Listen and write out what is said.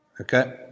Okay